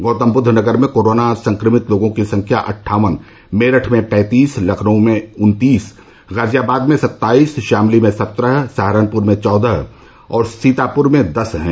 गौतमबुद्ध नगर में कोरोना संक्रमित लोगों की संख्या अट्ठावन मेरठ में पैंतीस लखनऊ में उन्तीस गाजियाबाद में सत्ताईस शामली में सत्रह सहारनपुर में चौदह और सीतापुर में दस है